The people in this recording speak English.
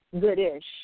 good-ish